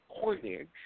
coinage